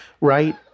right